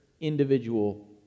individual